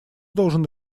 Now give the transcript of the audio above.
должен